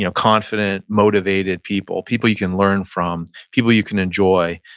you know confident, motivated people. people you can learn from, people you can enjoy.